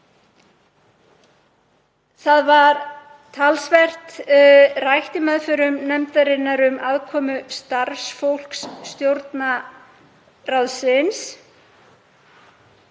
Talsvert var rætt í meðförum nefndarinnar um aðkomu starfsfólks Stjórnarráðsins.